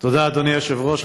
תודה, אדוני היושב-ראש.